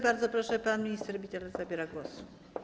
Bardzo proszę, pan minister Bittel zabiera głos.